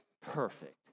perfect